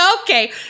Okay